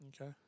Okay